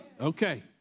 Okay